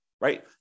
right